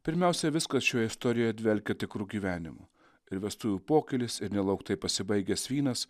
pirmiausia viskas šioje istorijoje dvelkia tikru gyvenimu ir vestuvių pokylis ir nelauktai pasibaigęs vynas